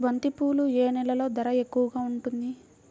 బంతిపూలు ఏ నెలలో ధర ఎక్కువగా ఉంటుంది?